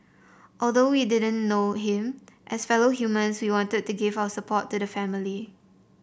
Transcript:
although we didn't know him as fellow humans we wanted to give our support to the family